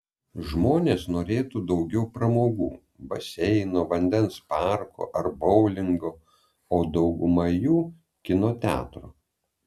žmonės norėtų daugiau pramogų baseino vandens parko ar boulingo o dauguma jų kino teatro